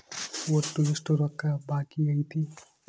ಒಟ್ಟು ಎಷ್ಟು ರೊಕ್ಕ ಬಾಕಿ ಐತಿ?